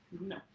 no